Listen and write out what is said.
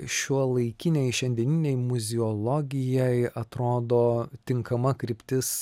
šiuolaikinei šiandieninei muziologijai atrodo tinkama kryptis